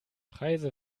preise